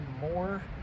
more